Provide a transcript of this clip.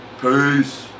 Peace